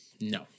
No